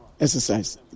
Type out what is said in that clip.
exercise